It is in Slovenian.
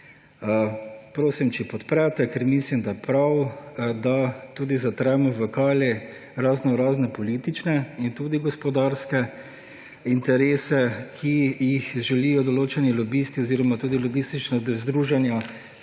Prosim, če ga podprete, ker mislim, da je prav, da tudi zatremo v kali raznorazne politične in tudi gospodarske interese, ki jih želijo določeni lobisti oziroma tudi lobistična združenja